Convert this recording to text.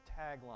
tagline